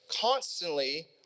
constantly